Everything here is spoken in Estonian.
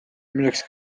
milleks